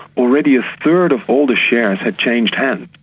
already a third of all the shares had changed hands.